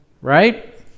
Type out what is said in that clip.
Right